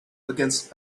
against